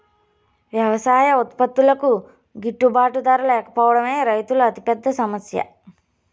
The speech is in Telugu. వ్యవసాయ ఉత్పత్తులకు గిట్టుబాటు ధర లేకపోవడమే రైతుల అతిపెద్ద సమస్య